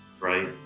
right